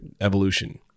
evolution